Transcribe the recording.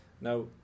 Now